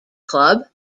club